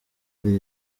ari